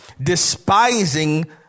despising